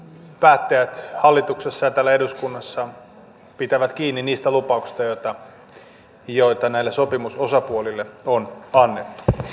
päättäjät hallituksessa ja täällä eduskunnassa pitävät kiinni niistä lupauksista joita sopimusosapuolille on on